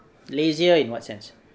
lazier in what sense